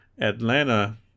Atlanta